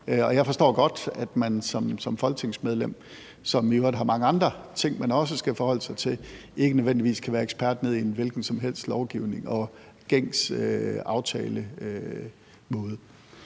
Jeg forstår godt, at man som folketingsmedlem, som i øvrigt har mange andre ting, man også skal forholde sig til, ikke nødvendigvis kan være ekspert i en hvilken som helst lovgivning og gængs aftalepraksis.